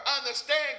understand